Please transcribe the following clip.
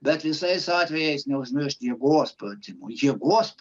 bet visais atvejais neužmiršt jėgos pratimų jėgos